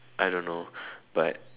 I don't know but